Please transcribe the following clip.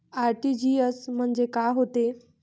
RTGS म्हंजे काय होते?